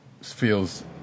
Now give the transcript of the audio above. feels